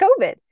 COVID